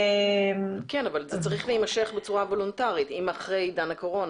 כן אבל זה צריך להימשך בצורה וולנטרית אחרי עידן הקורונה.